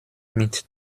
mit